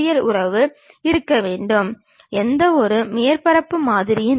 ஒன்று இணை ஏறியம் மற்றொன்று குவி ஏறியம்